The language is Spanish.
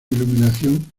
iluminación